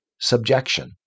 subjection